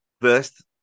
First